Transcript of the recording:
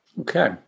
Okay